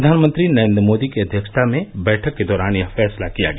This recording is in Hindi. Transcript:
प्रधानमंत्री नरेंद्र मोदी की अध्यक्षता में बैठक के दौरान यह फैसला किया गया